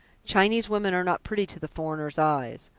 chinese women are not pretty to the foreigner's eyes,